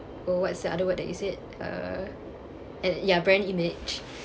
oh what's the other word that you said uh err ya brand image